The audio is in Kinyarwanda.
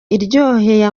iryoheye